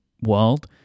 world